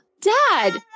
Dad